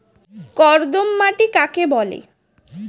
কর্দম মাটি কাকে বলে?